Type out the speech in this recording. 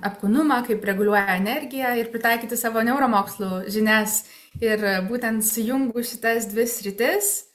apkūnumą kaip reguliuoja energiją ir pritaikyti savo neuromokslų žinias ir būtent sujungusi tas dvi sritis